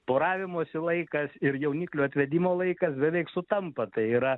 poravimosi laikas ir jauniklių atvedimo laikas beveik sutampa tai yra